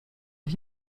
ich